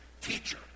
Teacher